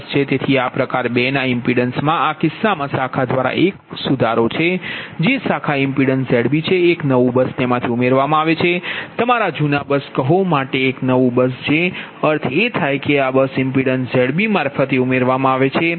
તેથી આ પ્રકાર 2 ના ઇમ્પિડન્સ મા આ કિસ્સામાં શાખા દ્વારા એક સુધારો છે જે શાખા ઇમ્પિડન્સ Zb છે એક નવું બસ તેમાંથી ઉમેરવામાં આવે છે કે આ તમારા જૂના બસ કહો માટે એક નવું બસ Jઅર્થ એ થાય કે આ બસ ઇમ્પિડન્સ Zb મારફતે ઉમેરવામાં આવે છે